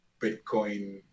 Bitcoin